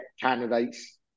candidates